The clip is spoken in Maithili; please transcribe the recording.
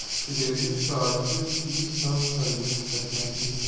क्रेडिट कार्ड से की सब खरीद सकें छी?